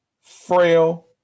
frail